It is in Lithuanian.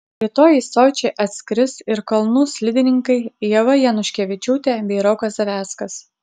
rytoj į sočį atskris ir kalnų slidininkai ieva januškevičiūtė bei rokas zaveckas